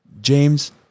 James